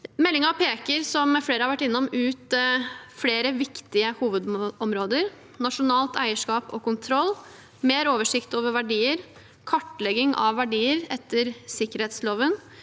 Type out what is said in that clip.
innom, ut flere vik tige hovedområder: nasjonalt eierskap og kontroll, mer oversikt over verdier, kartlegging av verdier etter sikkerhetsloven,